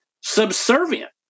subservient